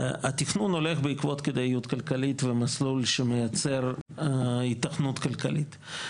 התכנון הולך בעקבות כדאיות כלכלית ומסלול שמייצר היתכנות כלכלית.